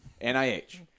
NIH